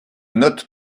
note